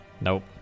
Nope